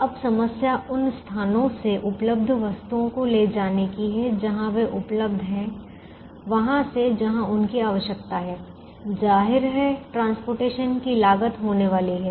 अब समस्या उन स्थानों से उपलब्ध वस्तुओं को ले जाने की है जहां वे उपलब्ध हैं वहां से जहां उनकी आवश्यकता है जाहिर है कि परिवहन की लागत होने वाली है